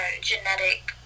genetic